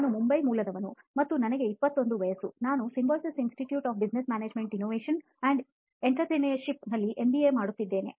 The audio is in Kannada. ನಾನು ಮುಂಬೈ ಮೂಲದವನು ಮತ್ತು ನನಗೆ 21 ವಯಸ್ಸು ಮತ್ತು ನಾನು Symbiosis Institute of Business Management Innovation and Entrepreneurship ನಲ್ಲಿ MBA ಮಾಡುತ್ತಿದ್ದೇನೆ